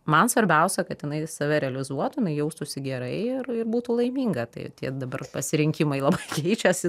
man svarbiausia kad jinai save realizuotų jinai jaustųsi gerai ir ir būtų laiminga tai tie dabar pasirinkimai labai keičiasi